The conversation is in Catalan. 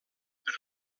per